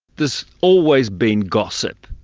there's always been gossip.